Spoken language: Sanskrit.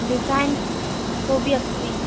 डिसैन् कोपि अस्ति